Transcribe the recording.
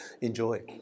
Enjoy